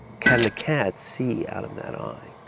can the cat see out of that eye?